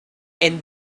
and